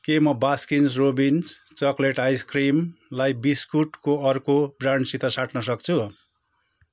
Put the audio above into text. के म Baskin Robbins chocolate ice क्रिमलाई बिस्कुटको अर्को ब्रान्डसित साट्न सक्छु